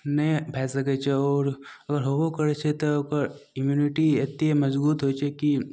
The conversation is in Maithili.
नहि भए सकय छै अगर हेबो करय छै तऽ ओकर इम्यूनिटी एत्ते मजबूत होइ छै कि